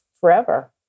forever